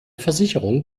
versicherung